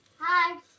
hi